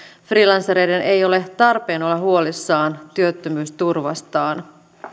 freelancereiden ei ole tarpeen olla huolissaan työttömyysturvastaan